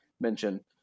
mention –